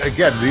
Again